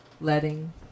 letting